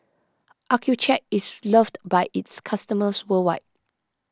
Accucheck is loved by its customers worldwide